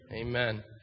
Amen